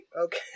Okay